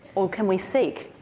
or can we seek?